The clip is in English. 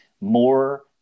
more